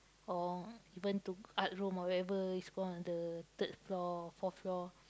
oh even to art room or whenever it's gonna on the third floor fourth floor